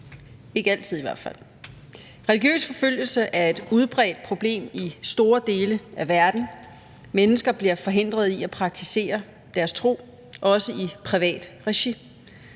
ikke altid i hvert fald. Religiøs forfølgelse er et udbredt problem i store dele af verden. Mennesker bliver forhindret i at praktisere deres tro, også i privat regi.